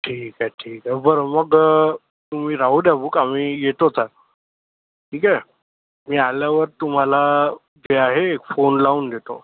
ठीक आहे ठीक आहे बरं मग तुम्ही राहू द्या बुक आम्ही येतोच आहे ठीक आहे मी आल्यावर तुम्हाला जे आहे फोन लावून देतो